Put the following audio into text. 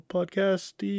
Podcast